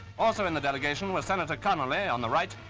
also in the delegation were senator connally on the right,